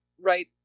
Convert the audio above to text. right